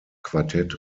quartett